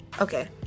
okay